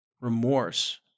remorse